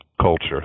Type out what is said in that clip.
culture